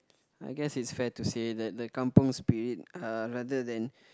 I guess it's fair to say that the kampung Spirit uh rather than